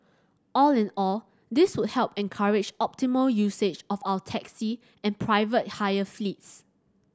all in all this would help encourage optimal usage of our taxi and private hire fleets